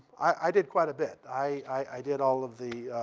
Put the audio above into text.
i did quite a bit. i did all of the